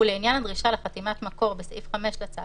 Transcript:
ולעניין הדרישה לחתימת מקור בסעיף 5 לצו